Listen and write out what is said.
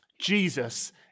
Jesus